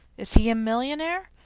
is he a millionaire?